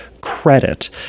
credit